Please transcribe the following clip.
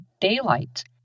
daylight